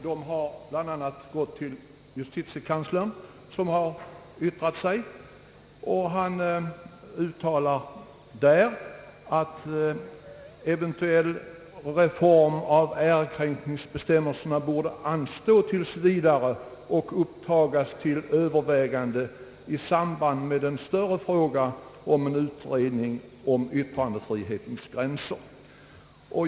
De har gått till justitiekanslern, som uttalar att eventuell reform av ärekränkningsbestämmelserna bör anstå tills vidare och upptagas till övervägande i samband med den större frågan beträffande utredning om yttrandefrihetens gränser.